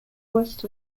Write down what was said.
west